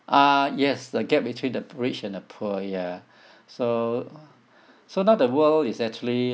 ah yes the gap between the rich and the poor ya so so now the world is actually